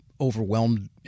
overwhelmed